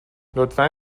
لطفا